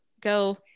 go